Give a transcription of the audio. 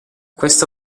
questa